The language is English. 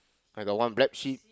I got one black sheep